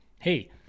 hey